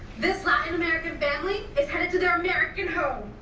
this latin-american family is headed to their american home.